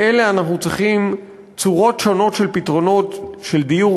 לאלה אנחנו צריכים צורות שונות של פתרונות של דיור